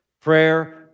Prayer